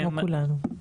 כמו כולם.